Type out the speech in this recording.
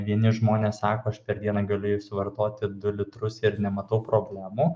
vieni žmonės sako aš per dieną galiu vartoti du litrus ir nematau problemų